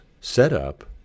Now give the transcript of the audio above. setup